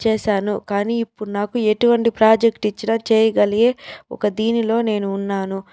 చేశాను కానీ ఇప్పుడు నాకు ఎటువంటి ప్రాజెక్టు ఇచ్చినా చేయగలిగే ఒక దీనిలో నేను ఉన్నాను